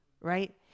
right